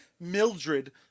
Mildred